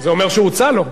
זה אומר שהוצע לו.